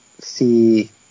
see